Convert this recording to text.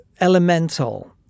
elemental